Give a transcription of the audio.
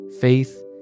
faith